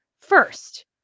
first